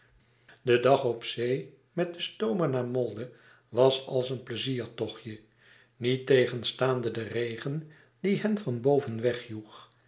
de dag op zee met den stoomer naar molde was als een pleiziertochtje niettegenstaande den regen die hen van boven